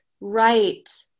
right